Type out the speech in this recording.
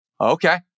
okay